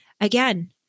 Again